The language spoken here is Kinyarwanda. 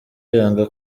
yanga